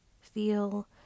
feel